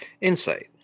insight